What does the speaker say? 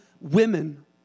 women